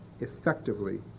effectively